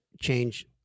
change